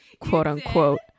quote-unquote